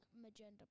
magenta